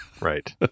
Right